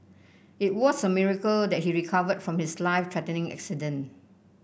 it was a miracle that he recovered from his life threatening accident